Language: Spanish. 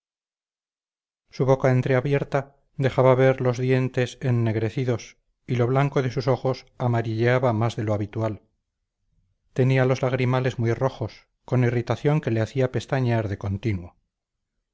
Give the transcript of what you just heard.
su boca entreabierta dejaba ver los dientes ennegrecidos y lo blanco de sus ojos amarilleaba más de lo habitual tenía los lagrimales muy rojos con irritación que le hacía pestañear de continuo